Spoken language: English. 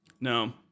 No